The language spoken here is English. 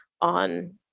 on